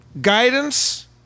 Guidance